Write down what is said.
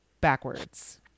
backwards